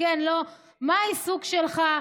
כן, לא, מה העיסוק שלך?